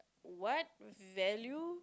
what value